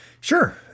Sure